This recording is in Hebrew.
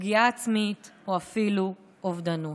ופגיעה עצמית או אפילו אובדנות.